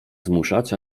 zmuszać